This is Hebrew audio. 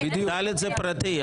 ד' זה פרטי.